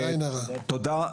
תודה.